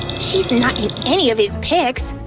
she's not in any of his pics!